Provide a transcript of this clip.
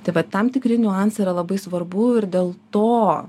tai vat tam tikri niuansai yra labai svarbu ir dėl to